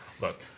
Look